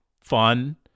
fun